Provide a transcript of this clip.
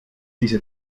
diese